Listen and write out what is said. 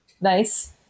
Nice